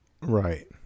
Right